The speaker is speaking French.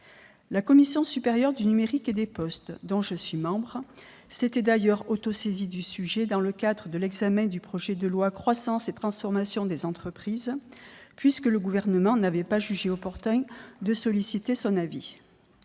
La Commission supérieure du numérique et des postes, dont je suis membre, s'était d'ailleurs autosaisie du sujet dans le cadre de l'examen du projet de loi Pacte, car le Gouvernement n'avait pas jugé opportun de solliciter son avis.